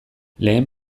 lehen